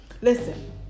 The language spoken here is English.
Listen